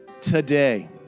today